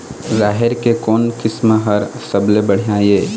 राहेर के कोन किस्म हर सबले बढ़िया ये?